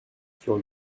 sur